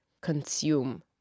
consume